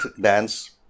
dance